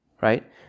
Right